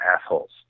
assholes